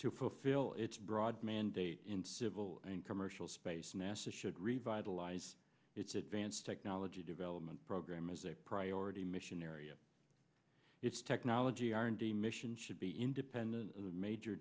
to fulfill its broad mandate in civil and commercial space nasa should revitalize its advanced technology development program as a priority mission area its technology r and d mission should be independent of the major